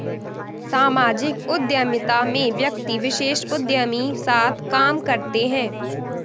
सामाजिक उद्यमिता में व्यक्ति विशेष उदयमी साथ काम करते हैं